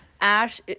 Ash